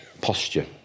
posture